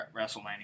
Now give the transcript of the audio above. WrestleMania